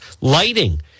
lighting